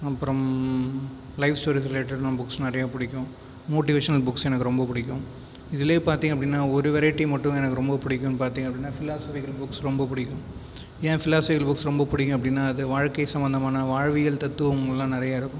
அப்புறம் life story related books நிறைய பிடிக்கும் மோட்டிவேஷனல் புக்ஸ் எனக்கு ரொம்ப பிடிக்கும் இதுலையே பார்த்தீங்க அப்படின்னா ஒரு வெரைட்டி மட்டும் எனக்கு ரொம்ப பிடிக்கும் பார்த்தீங்க அப்படினா பில்லோசோபிக்கள் புக்ஸ் ரொம்ப பிடிக்கும் ஏன் பில்லோசோபிக்கள் புக்ஸ் ரொம்ப பிடிக்கும் அப்படின்னா அது வாழ்க்கை சம்பந்தமான வாழ்வியல் தத்துவங்கள் எல்லாம் நிறைய இருக்கும்